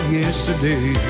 yesterday